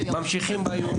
ממשיכים באיומים.